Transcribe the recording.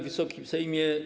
Wysoki Sejmie!